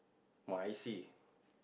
my I C